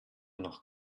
nach